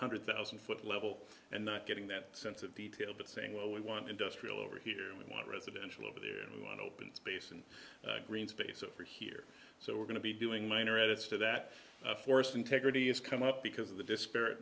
hundred thousand foot level and not getting that sense of detail but saying well we want industrial over here we want residential over there and we want open space and green space over here so we're going to be doing minor edits to that forest integrity has come up because of the dispar